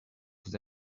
vous